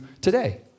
today